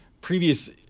Previous